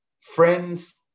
Friends